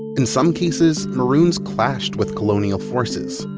in some cases, maroons clashed with colonial forces,